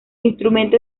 instrumento